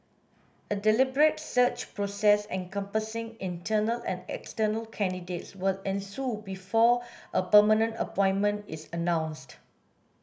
a deliberate search process encompassing internal and external candidates will ensue before a permanent appointment is announced